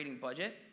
budget